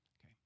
okay